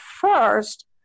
first